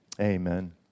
amen